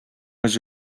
was